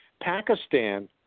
Pakistan